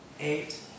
eight